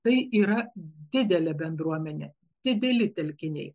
tai yra didelė bendruomenė dideli telkiniai